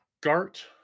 Gart